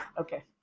Okay